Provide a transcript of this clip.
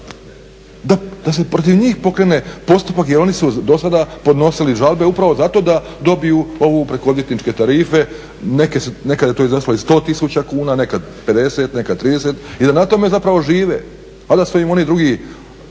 da se protiv njih pokrene postupak jer oni su dosada podnosili žalbe upravo zato da dobiju ovu preko odvjetničke tarife, nekad je to izašlo i 100 tisuća kuna, nekad 50, nekad 30 i da na tome zapravo žive, a da su im oni drugi